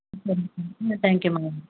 ம் சரி ம் ம் தேங்க் யூ மேம்